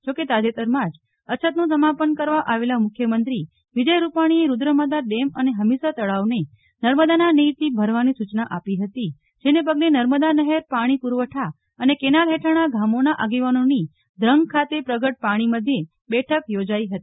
જોકે તાજેતરમાં જ અછતનું સમાપન કરવા આવેલા મુખ્યમંત્રી વિજય રૂપાણીએ રૂદ્રમાતા ડેમ અને હમીરસર તળાવને નર્મદાના નીરથી ભરવાની સૂચના આપી હતી જેને પગલે નર્મદા નહેર પાણી પુરવઠા અને કેનાલ હેઠળના ગામોના આગેવાનોની ધ્રંગ ખાતે પ્રગટ પાણી મધ્યે બેઠક યોજાઈ હતી